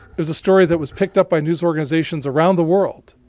it was a story that was picked up by news organizations around the world.